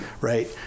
Right